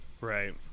Right